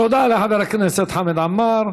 תודה לחבר הכנסת חמד עמאר.